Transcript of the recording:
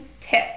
TIP